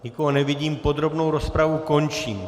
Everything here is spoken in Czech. Nikoho nevidím, podrobnou rozpravu končím.